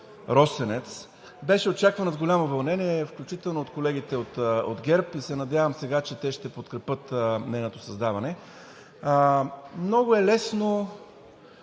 „Росенец“ беше очаквана с голямо вълнение, включително от колегите от ГЕРБ, и се надявам сега, че те ще подкрепят нейното създаване. Много е лесно